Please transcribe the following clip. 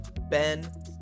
Ben